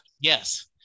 Yes